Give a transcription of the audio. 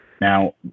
Now